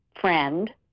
friend